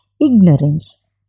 ignorance